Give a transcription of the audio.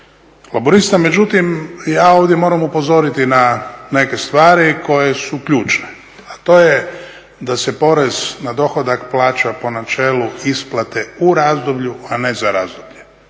Laburista, međutim ja ovdje moram upozoriti na neke stvari koje su ključne, a to je da se porez na dohodak plaća po načelu isplate u razdoblju a ne za razdoblje.